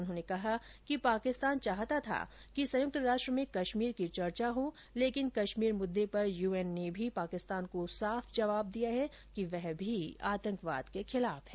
उन्होंने कहा कि पाकिस्तान चाहता था कि संयुक्त राष्ट्र में कश्मीर की चर्चा हो लेकिन कश्मीर मुद्दे पर यूएन ने भी पाकिस्तान को साफ जवाब दिया है कि वह भी आतंकवाद के खिलाफ है